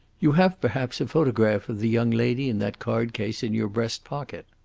you have, perhaps, a photograph of the young lady in that card-case in your breast-pocket.